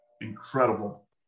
incredible